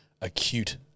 acute